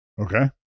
Okay